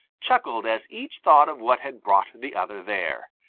chuckled as each thought of what had brought the other there.